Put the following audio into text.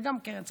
וגם קרן צדקה.